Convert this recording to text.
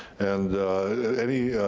and any,